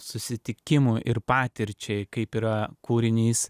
susitikimo ir patirčiai kaip yra kūrinys